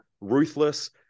ruthless